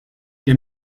der